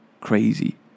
Crazy